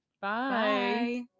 bye